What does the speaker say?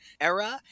era